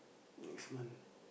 next month